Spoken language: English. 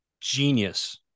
genius